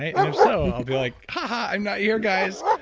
and if so, i'll be like, ha, ha, i'm not here guys.